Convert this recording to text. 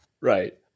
right